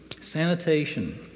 Sanitation